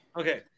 Okay